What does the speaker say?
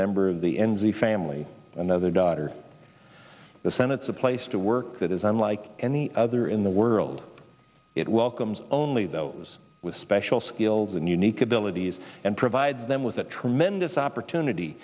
member of the enzi family another daughter the senate's a place to work that is unlike any other in the world it welcomes only those with special skills and unique abilities and provide them with a tremendous opportunity